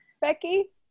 Becky